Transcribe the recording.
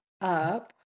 up